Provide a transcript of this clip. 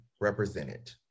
represented